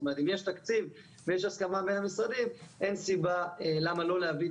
שאת אומרת אם יש תקציב ויש הסכמה בין המשרדים אין סיבה למה לא להביא את